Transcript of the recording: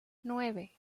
nueve